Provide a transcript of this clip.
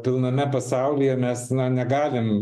pilname pasaulyje mes na negalim